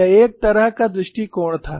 यह एक तरह का दृष्टिकोण था